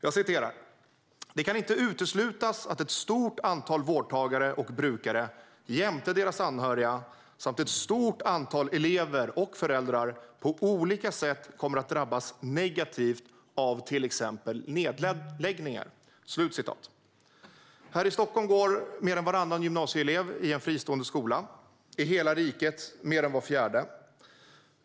Lagrådet framhöll att det inte kan uteslutas att ett stort antal vårdtagare och brukare jämte deras anhöriga samt ett stort antal elever och föräldrar på olika sätt kommer att drabbas negativt av till exempel nedläggningar. Här i Stockholm går mer än varannan gymnasieelev i en fristående skola. I hela riket är det mer än var fjärde.